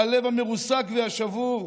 הלב המרוסק והשבור,